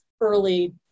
early